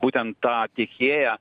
būtent tą tiekėją